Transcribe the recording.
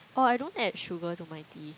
oh I don't add sugar to my tea